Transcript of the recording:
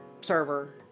server